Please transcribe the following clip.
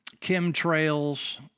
chemtrails